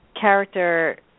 character